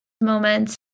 moments